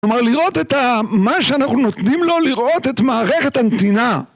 כלומר לראות את ה... מה שאנחנו נותנים לו לראות, את מערכת הנתינה